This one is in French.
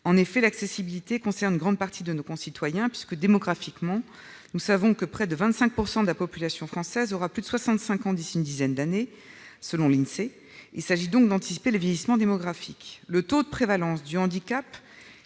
En effet, l'accessibilité concerne une grande partie de nos concitoyens, puisque, démographiquement, nous savons que près de 25 % de la population française aura plus de soixante-cinq ans d'ici à une dizaine d'années, selon l'Insee. Il s'agit donc d'anticiper le vieillissement démographique. Le taux de prévalence du handicap,